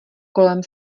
kolem